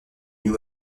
new